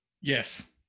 Yes